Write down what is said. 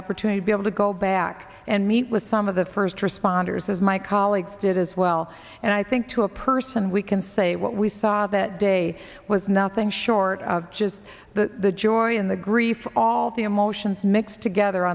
opportunity to be able to go back and meet with some of the first responders as my colleagues did as well and i think to a person we can say what we saw that day was nothing short of just the joy in the grief all the emotions mixed together